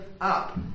up